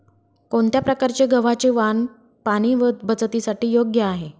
कोणत्या प्रकारचे गव्हाचे वाण पाणी बचतीसाठी योग्य आहे?